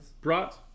brought